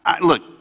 Look